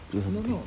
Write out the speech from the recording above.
or something